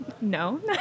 No